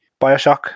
bioshock